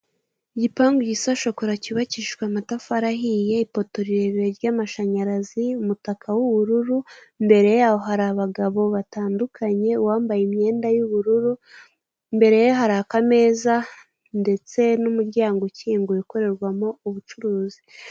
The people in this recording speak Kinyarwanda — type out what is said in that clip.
Igipangu gisa shokora cyubakishijwe amatafari ahiye, ipoto rirerire ry'amashanyarazi, umutaka w'ubururu imbere yaho hari abagabo batandukanye uwambaye imyenda y'ubururu imbere ye hari akameza ndetse numuryango ufunguye ukorerwamo ubucuruzi.